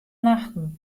nachten